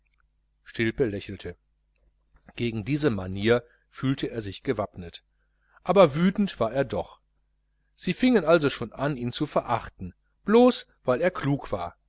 stilpe lächelte gegen diese manier fühlte er sich gewappnet aber wütend war er doch sie fingen also schon an ihn zu verachten blos weil er klug war